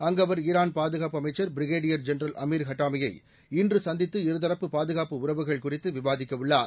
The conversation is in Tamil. அங்கு அவர் ஈரான் பாதுகாப்பு அமைச்சர் பிரிகேடியர் ஜெனரல் அமிர் ஹட்டாமியை இன்று சந்தித்து இருதரப்பு பாதுகாப்பு உறவுகள் குறித்து விவாதிக்க உள்ளார்